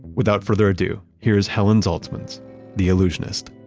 without further ado, here's helen zaltsman's the allusionist